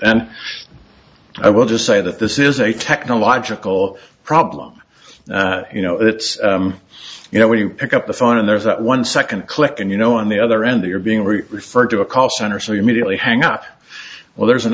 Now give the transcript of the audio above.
and i will just say that this is a technological problem you know it's you know when you pick up the phone and there's that one second click and you know on the other end you're being referred to a call center so immediately hang up well there's an